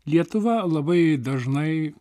lietuva labai dažnai